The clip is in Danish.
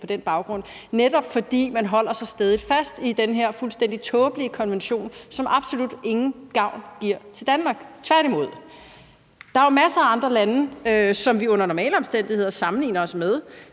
på den baggrund – netop fordi der holdes så stædigt fast i den her fuldstændig tåbelige konvention, som absolut ingen gavn gør for Danmark. Tværtimod. Der er jo masser af andre lande, som vi under normale omstændigheder sammenligner os med